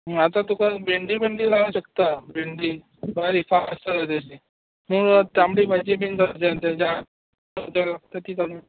ह आतां तुका भेंदी बिडी लावूं शकता भेंदी बरी फास्ट जाता तशीं मुळो तांबडी भाजी बीन तसलीं जायत फक्त सिजनाक